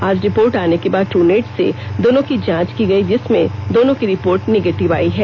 आज रिपोर्ट आने के बाद ट्रनेट से दोनों की जांच की गयी जिसमें दोनों की रिपोर्ट निगेटिव आयी है